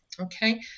okay